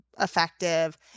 effective